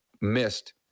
missed